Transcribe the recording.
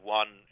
one